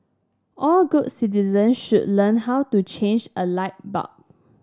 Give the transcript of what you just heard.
all good citizens should learn how to change a light bulb